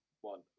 one